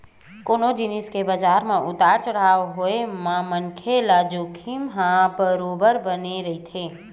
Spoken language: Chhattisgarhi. कोनो जिनिस के बजार म उतार चड़हाव के होय म मनखे ल जोखिम ह बरोबर बने रहिथे